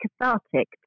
cathartic